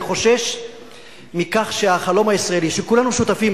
אני חושש מכך שהחלום הישראלי שכולנו שותפים